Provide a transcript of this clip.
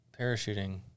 parachuting